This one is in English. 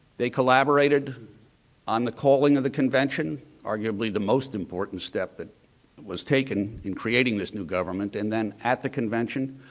they collaborated on the calling of the convention arguably the most important step that was taken in creating this new government. and then, at the convention,